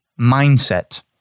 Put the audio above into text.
mindset